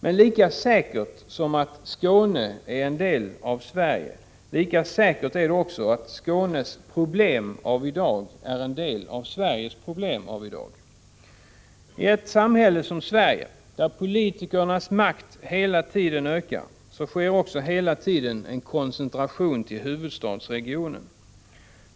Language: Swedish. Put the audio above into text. Men lika säkert som att Skåne är en del av Sverige, lika säkert är det också att Skånes problem av i dag är en del av Sveriges problem av i dag. I ett samhälle som Sverige, där politikernas makt hela tiden ökar, sker också hela tiden en koncentration till huvudstadsregionen.